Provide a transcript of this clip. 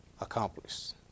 accomplished